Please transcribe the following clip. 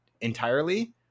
entirely